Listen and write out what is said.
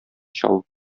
чабып